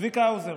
צביקה האוזר.